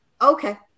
okay